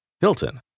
Hilton